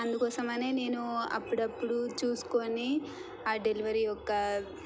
అందుకోసం అనే నేను అప్పుడప్పుడు చూసుకుని ఆ డెలివరీ యొక్క